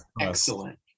excellent